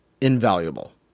invaluable